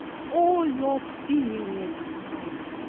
all your being is mine.